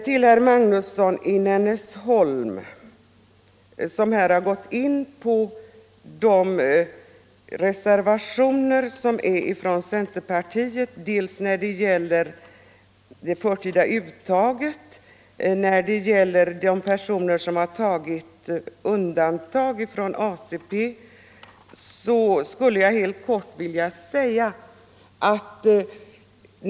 Till herr Magnusson i Nennesholm, som här har gått in på reservationerna från centerpartiet dels beträffande det förtida uttaget, dels beträffande de personer som har begärt undantag från ATP, skulle jag vilja säga några ord.